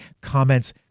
comments